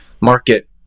market